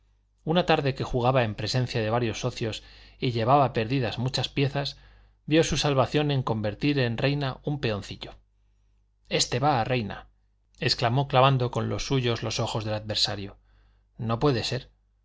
una tarde que jugaba en presencia de varios socios y llevaba perdidas muchas piezas vio su salvación en convertir en reina un peoncillo este va a reina exclamó clavando con los suyos los ojos del adversario no puede ser